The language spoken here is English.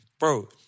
Bro